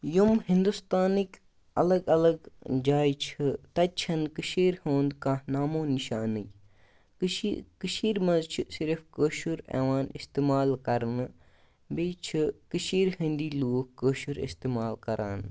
یِم ہِنٛدوستانٕکۍ الگ الگ جایہِ چھِ تَتہِ چھَ نہٕ کٔشیٖر ہُنٛد کانٛہہ نامو نِشانٕے کٔشی کٔشیٖر منٛز چھِ صِرف کٲشُر یِوان اِستِمال کَرنہٕ بیٚیہِ چھِ کٔشیٖرِ ہٕنٛدۍ لوٗکھ کٲشُر اِستِمال کَران